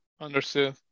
Understood